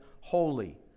holy